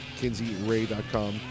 KinseyRay.com